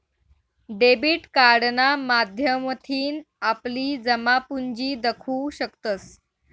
debit कार्डना माध्यमथीन आपली जमापुंजी दखु शकतंस